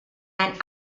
and